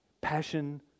passion